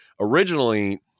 Originally